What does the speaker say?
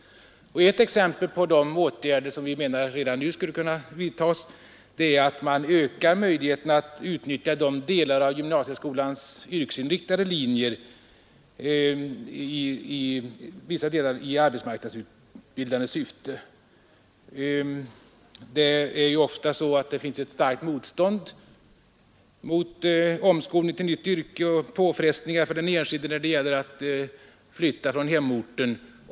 Ett exempel på de åtgärder som vi menar redan nu skulle kunna vidtas är att öka möjligheterna att utnyttja gymnasieskolans yrkesinriktade linjer till vissa delar i arbetsmarknadsutbildande syfte. Ofta finns det ett motstånd mot omskolning till nytt yrke med de påfrestningar för den enskilde som det innebär att flytta från hemorten.